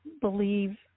believe